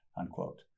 unquote